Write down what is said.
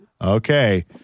Okay